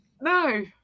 No